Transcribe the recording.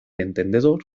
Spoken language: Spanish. entendedor